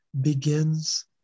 begins